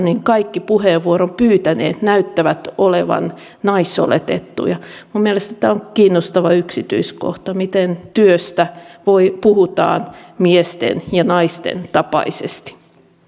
kaikki puheenvuoron pyytäneet näyttävät olevan naisoletettuja minun mielestäni tämä on kiinnostava yksityiskohta miten työstä puhutaan miesten ja naisten tapaisesti